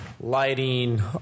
Lighting